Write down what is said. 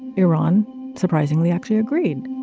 iran surprisingly actually agreed